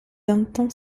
entend